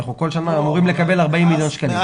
כל שנה אנחנו אמורים לקבל 40 מיליון שקלים.